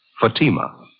Fatima